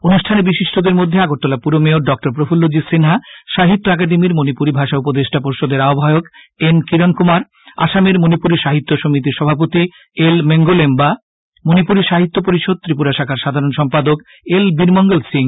অনুষ্ঠানে বিশিষ্টদের মধ্যে ছিলেন আগরতলা পুর মেয়র ড প্রফুল্লজিৎ সিনহা সাহিত্য একাডেমির মনিপুরি ভাষা উপদেষ্টা পর্ষদের আহ্বায়ক এন কিরণ কুমার আসামের মনিপুরি সাহিত্য সমিতির সভাপতি এল মেঙ্গলেম্বা মনিপুরি সাহিত্য পরিষদ ত্রিপুরা শাখার সাধারণ সম্পাদক এল বীরমঙ্গল সিং